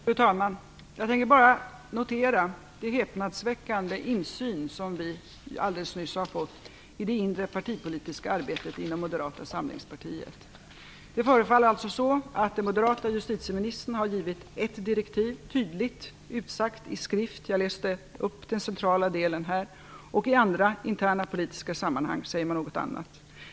Fru talman! Jag vill bara notera den häpnadsväckande insyn som vi alldeles nyss har fått i det inre partipolitiska arbetet inom Moderata samlingspartiet. Det förefaller som att den moderata justitieministern har givit ett direktiv, tydligt utsagt i skrift - jag läste här upp den centrala delen - och i andra interna politiska sammanhang säger man någonting annat.